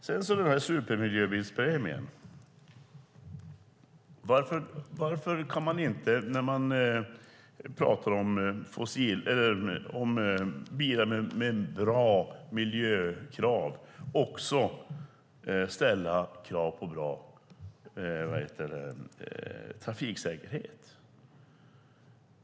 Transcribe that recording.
Vad gäller supermiljöbilspremien: Varför kan man inte när man pratar om bilar med bra miljökrav också ställa krav på bra trafiksäkerhet?